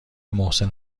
محسن